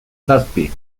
zazpi